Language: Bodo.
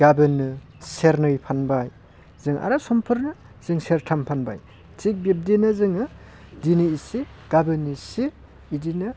गाबोनो सेरनै फानबाय जों आरो समफोरनो जों सेरथाम फानबाय थिग बिबदिनो जों दिनै इसे गाबोन इसे इदिनो